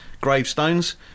gravestones